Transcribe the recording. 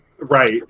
Right